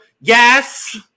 Yes